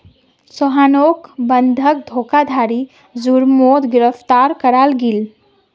सोहानोक बंधक धोकधारी जुर्मोत गिरफ्तार कराल गेल